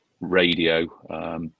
radio